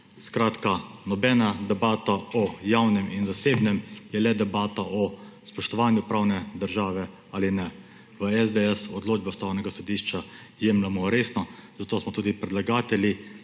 Skratka, nobena debata o javnem in zasebnem, je le debata o spoštovanju pravne države ali ne. V SDS odločbe Ustavnega sodišča jemljemo resno, zato smo tudi predlagatelji